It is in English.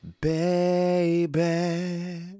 Baby